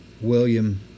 William